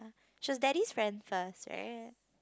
she was daddy's friend first right